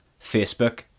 Facebook